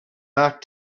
back